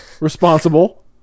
Responsible